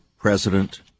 President